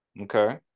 Okay